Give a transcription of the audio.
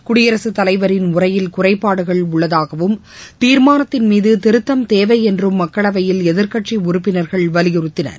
குடியரசுத் தலைவரின் உரையில் குறைபாடுகள் உள்ளதாகவும் தீர்மானத்தின் மீது திருத்தம் தேவை என்றும் மக்களவையில் எதிர்க்கட்சி உறுப்பினர்கள் வலியுறுத்தினர்